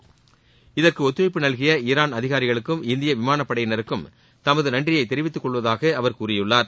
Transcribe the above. Iran இந்தியாவருகை ம இதற்கு ஒத்துழைப்பு நல்கிய ஈராள் அதிகாரிகளுக்கும் இந்திய விமானப்படையினருக்கும் தமது நன்றியை தெரிவித்துக்கொள்வதாக அவர் கூறியுள்ளார்